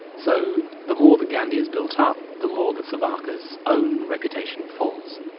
so the more that gandhi is built ah up, the more that savarkar's own reputation falls.